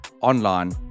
online